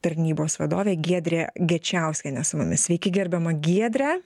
tarnybos vadovė giedrė gečiauskienė su mumis sveiki gerbiama giedre